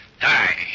Die